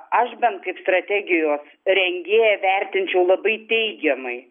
aš bent kaip strategijos rengėja vertinčiau labai teigiamai